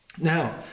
Now